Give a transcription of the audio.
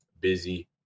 busy